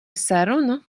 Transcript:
sarunu